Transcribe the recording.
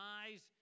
eyes